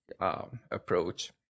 approach